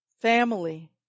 family